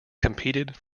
competed